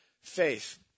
faith